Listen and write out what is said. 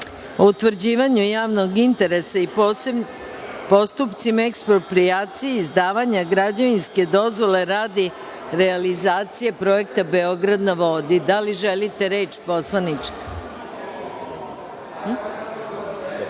utvrđivanju javnog interesa i postupcima eksproprijacije, izdavanja građevinske dozvole radi realizacije projekta „Beograd na vodi“.Da li želite reč? Izvolite.